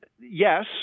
yes